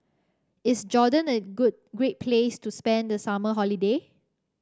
is Jordan a great place to spend the summer holiday